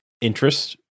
interest